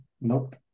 nope